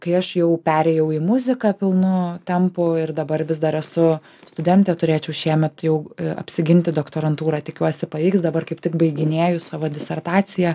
kai aš jau perėjau į muziką pilnu tempu ir dabar vis dar esu studentė turėčiau šiemet jau apsiginti doktorantūrą tikiuosi pavyks dabar kaip tik baiginėju savo disertaciją